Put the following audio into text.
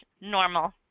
normal